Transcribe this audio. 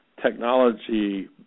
technology